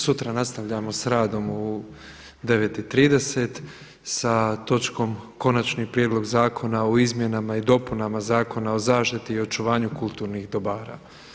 Sutra nastavljamo sa radom u 9,30 sa točkom Konačni prijedlog zakona o izmjenama i dopunama Zakona o zaštiti i očuvanju kulturnih dobara.